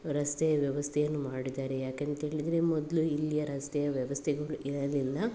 ರಸ್ತೆಯ ವ್ಯವಸ್ಥೆಯನ್ನು ಮಾಡಿದ್ದಾರೆ ಯಾಕಂತೇಳಿದ್ರೆ ಮೊದಲು ಇಲ್ಲಿಯ ರಸ್ತೆಯ ವ್ಯವಸ್ಥೆಗಳು ಇರಲಿಲ್ಲ